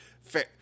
fair